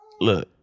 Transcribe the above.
look